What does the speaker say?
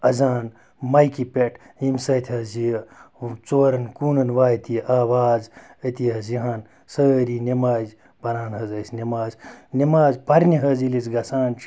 اَذان مایکہِ پٮ۪ٹھ ییٚمہِ سۭتۍ حظ یہِ ژورَن کوٗنَن واتہِ یہِ آواز أتی حظ یِہَن سٲری نٮ۪مازِ پَران حظ أسۍ نٮ۪ماز نٮ۪ماز پَرنہِ حظ ییٚلہِ أسۍ گَژھان چھِ